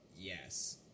Yes